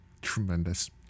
tremendous